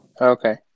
Okay